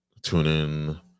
TuneIn